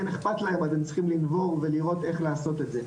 אכפת להם אז הם צריכים לנבור ולראות איך לעשות את זה,